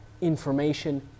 information